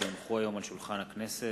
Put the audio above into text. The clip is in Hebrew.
כי הונחו היום על שולחן הכנסת,